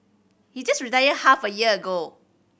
he just retired half a year ago